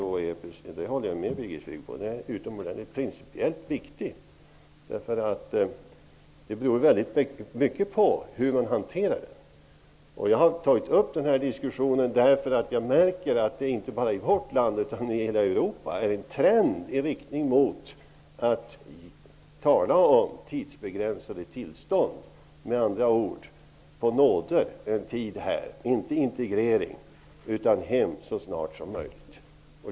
Frågan är principiellt viktig -- det håller jag med Birgit Friggebo om. Det är viktigt hur man hanterar frågan. Jag har tagit upp diskussionen därför att jag märker att det inte bara i vårt land, utan i hela Europa, finns en trend att tala om tidsbegränsade tillstånd. Man tillåter med andra ord en tid i Sverige på nåder. Det satsas inte på integrering utan flyktingarna skall hem igen så snart som möjligt.